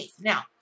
Now